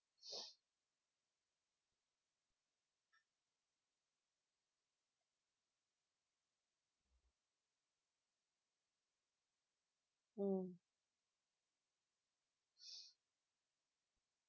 mm